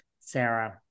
Sarah